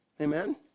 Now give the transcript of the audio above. amen